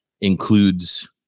includes